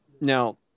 Now